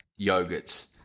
yogurts